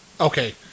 Okay